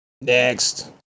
next